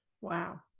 Wow